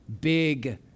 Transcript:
big